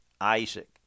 Isaac